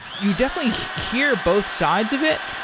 you definitely hear both sides of it,